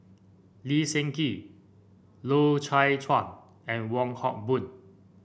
Lee Seng Gee Loy Chye Chuan and Wong Hock Boon